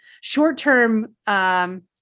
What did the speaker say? short-term